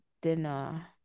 Dinner